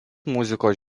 muzikos